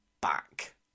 back